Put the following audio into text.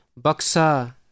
baksa